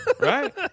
right